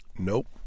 Nope